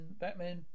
Batman